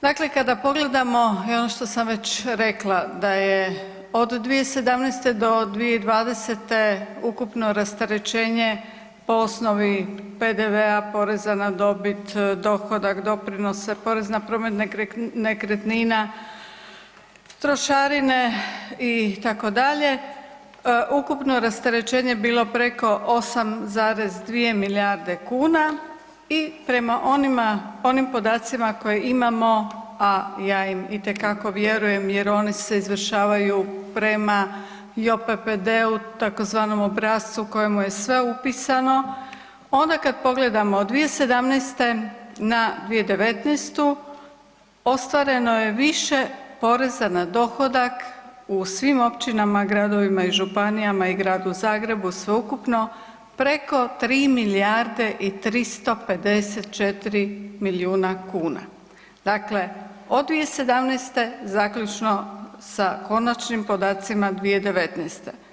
Dakle, kada pogledamo i ono što sam već rekla da je od 2017. do 2020. ukupno rasterećenje po osnovi PDV-a, poreza dobit, dohodak, doprinose, porez na promet nekretnina, trošarine itd. ukupno rasterećenje bilo preko 8,2 milijarde kuna i prema onim podacima imamo, a ja im itekako vjerujem jer oni se izvršavaju prema JOPPD-u tzv. obrascu u kojemu je sve upisano onda kada pogledamo 2017. na 2019. ostvareno je više poreza na dohodak u svim općinama, gradovima i županijama i Gradu Zagrebu sveukupno preko 3 milijarde i 354 milijuna kuna, dakle od 2017. zaključno sa konačnim podacima 2019.